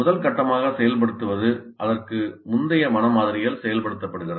முதல் கட்டமாக செயல்படுத்தப்படுவது அங்கு முந்தைய மன மாதிரிகள் செயல்படுத்தப்படுகிறது